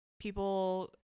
people